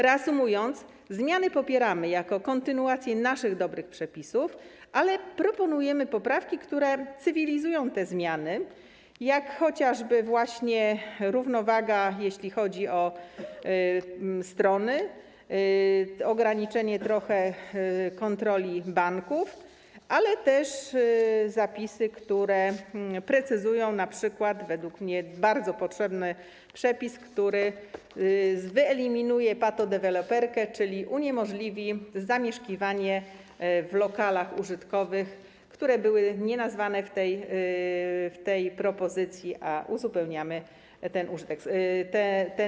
Reasumując, popieramy zmiany jako kontynuację naszych dobrych przepisów, ale proponujemy poprawki, które cywilizują te zmiany, takie jak chociażby właśnie równowaga, jeśli chodzi o strony, ograniczenie trochę kontroli banków, ale też zapisy, które precyzują np. bardzo potrzebny według mnie przepis, który wyeliminuje patodeweloperkę, czyli uniemożliwi zamieszkiwanie lokali użytkowych, które były nienazwane w tej propozycji, a uzupełniamy ten zapis.